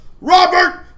Robert